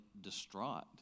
distraught